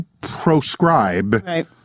proscribe